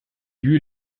eut